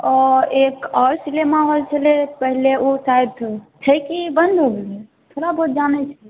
आओर एक आओर सिनेमा हॉल छलै पहले ऊ शायद छै कि बन्द भऽ गेलै थोड़ा बहुत जानै छियै